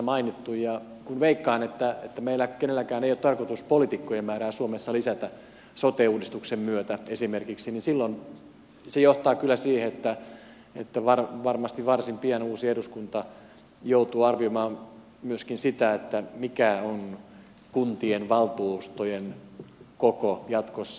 kun veikkaan että meillä kenelläkään ei ole tarkoitus poliitikkojen määrää suomessa lisätä sote uudistuksen myötä esimerkiksi niin silloin se johtaa kyllä siihen että varmasti varsin pian uusi eduskunta joutuu arvioimaan myöskin sitä mikä on kuntien valtuustojen koko jatkossa